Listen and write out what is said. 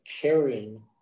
caring